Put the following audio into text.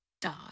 Die